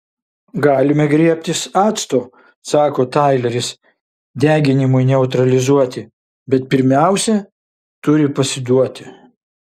galime griebtis acto sako taileris deginimui neutralizuoti bet pirmiausia turi pasiduoti